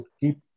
keep